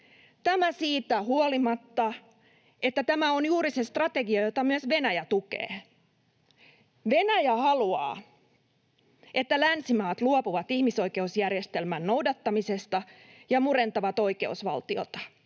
Tämä siitä huolimatta, että tämä on juuri se strategia, jota myös Venäjä tukee: Venäjä haluaa, että länsimaat luopuvat ihmisoikeusjärjestelmän noudattamisesta ja murentavat oikeusvaltiota.